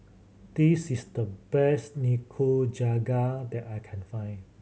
this is the best Nikujaga that I can find